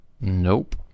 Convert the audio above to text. Nope